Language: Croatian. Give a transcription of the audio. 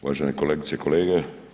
Uvažene kolegice i kolege.